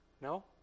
No